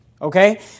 Okay